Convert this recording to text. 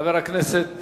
חבר הכנסת